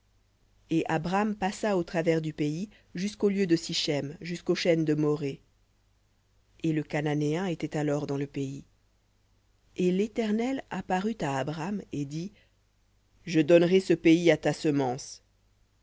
et abram passa au travers du pays jusqu'au lieu de sichem jusqu'au chêne de moré et le cananéen était alors dans le pays et l'éternel apparut à abram et dit je donnerai ce pays à ta semence